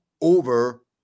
over